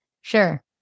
Sure